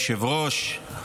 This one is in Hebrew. אדוני היושב-ראש,